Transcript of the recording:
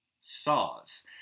Saws